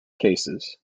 cases